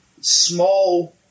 small